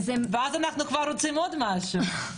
ואז אנחנו כבר רוצים עוד משהו.